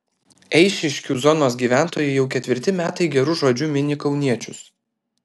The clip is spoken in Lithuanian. eišiškių zonos gyventojai jau ketvirti metai geru žodžiu mini kauniečius